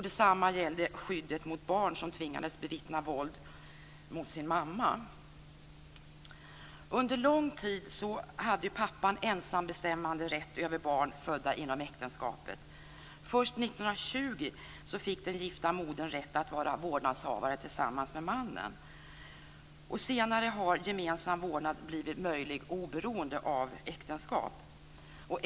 Detsamma gällde skyddet för barn som tvingades bevittna våld mot sin mamma. Under lång tid hade pappan ensam bestämmanderätt över barn födda inom äktenskapet. Först 1920 fick den gifta modern rätt att vara vårdnadshavare tillsammans med mannen. Senare har gemensam vårdnad blivit möjlig oberoende av äktenskap.